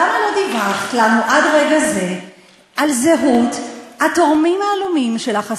למה לא דיווחת לנו עד רגע זה על זהות התורמים העלומים שלך,